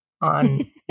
on